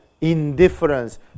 indifference